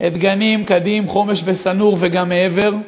את גנים, כדים, חומש ושא-נור, וגם מעבר.